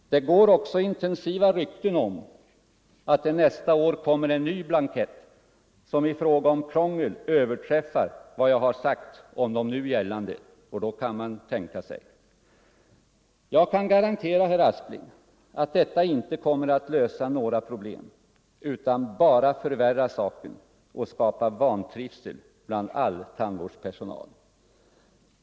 Det går också intensiva rykten om att det nästa år kommer en ny blankett som i fråga om krångel överträffar vad jag har sagt om de nu gällande — och då kan man tänka sig resultatet! Jag kan garantera, herr Aspling, att denna nya blankett inte kommer att lösa några problem utan bara förvärra saken och skapa vantrivsel bland all tandvårdspersonal.